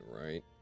right